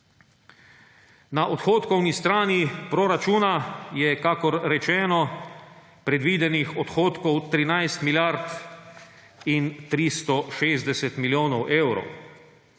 Na odhodkovni strani proračuna je, kakor rečeno, predvidenih odhodkov 13 milijard in 360 milijonov evrov.